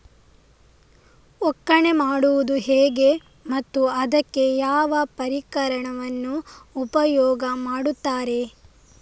ಒಕ್ಕಣೆ ಮಾಡುವುದು ಹೇಗೆ ಮತ್ತು ಅದಕ್ಕೆ ಯಾವ ಪರಿಕರವನ್ನು ಉಪಯೋಗ ಮಾಡುತ್ತಾರೆ?